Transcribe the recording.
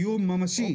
איום ממשי.